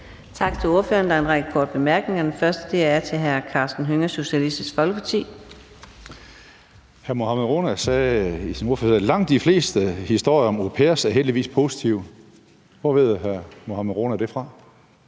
Tak til ordføreren. Der er en række korte bemærkninger. Den første er til hr. Karsten Hønge, Socialistisk Folkeparti. Kl. 15:21 Karsten Hønge (SF): Hr. Mohammad Rona sagde i sin ordførertale, at langt de fleste historier om au pairer heldigvis er positive. Hvor ved hr. Mohammad Rona det fra?